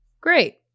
Great